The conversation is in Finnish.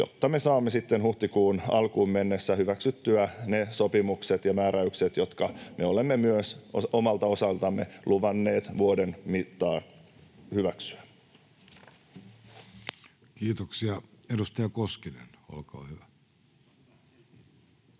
jotta me saamme sitten huhtikuun alkuun mennessä hyväksyttyä ne sopimukset ja määräykset, jotka me olemme myös omalta osaltamme luvanneet vuoden mittaan hyväksyä. [Speech 75] Speaker: Jussi Halla-aho